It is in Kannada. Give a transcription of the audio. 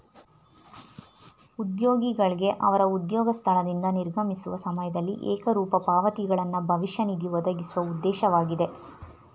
ಉದ್ಯೋಗಿಗಳ್ಗೆ ಅವ್ರ ಉದ್ಯೋಗ ಸ್ಥಳದಿಂದ ನಿರ್ಗಮಿಸುವ ಸಮಯದಲ್ಲಿ ಏಕರೂಪ ಪಾವತಿಗಳನ್ನ ಭವಿಷ್ಯ ನಿಧಿ ಒದಗಿಸುವ ಉದ್ದೇಶವಾಗಿದೆ